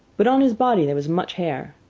but on his body there was much hair.